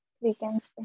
weekends